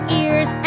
ears